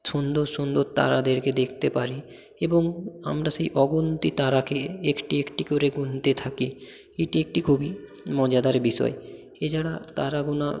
সুন্দর সুন্দর তারাদেরকে দেখতে পারি এবং আমরা সেই অগুন্তি তারাকে একটি একটি করে গুনতে থাকি এটি একটি খুবই মজাদার বিষয় এছাড়া তারা গোনা